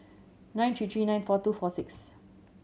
nine three three nine four two four six